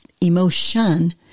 emotion